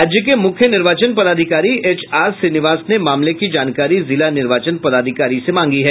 राज्य के मुख्य निर्वाचन पदाधिकारी एचआर श्रीनिवास ने मामले की जानकारी जिला निर्वाचन पदाधिकारी से मांगी है